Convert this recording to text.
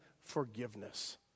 forgiveness